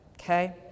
Okay